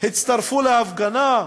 הצטרפו להפגנה,